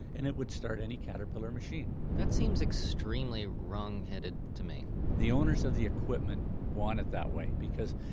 and it would start any caterpillar machine that seems extremely wrong-headed to me the owners of the equipment want it that way, because,